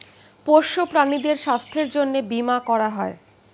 পোষ্য প্রাণীদের স্বাস্থ্যের জন্যে বীমা করা হয়